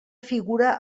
figura